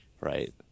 Right